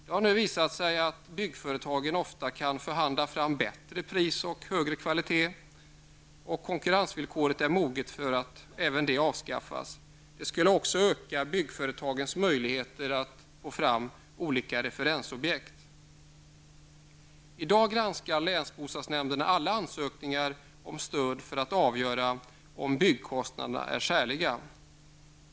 Det har nu visat sig att byggföretagen ofta kan förhandla fram bättre pris och högre kvalitet. Även konkurrensvillkoret är moget att avskaffas. Det skulle också öka byggföretagens möjligheter att få fram olika referensobjekt. I dag granskar länsbostadsnämnderna alla ansökningar om stöd för att avgöra om byggkostnaderna är skäliga.